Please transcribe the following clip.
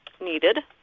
needed